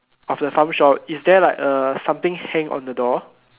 of the farm shop is there like a something hang on the door